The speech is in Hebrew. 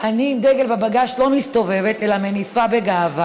אני עם דגל בבגאז' לא מסתובבת אלא מניפה בגאווה.